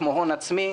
כמו הון עצמי,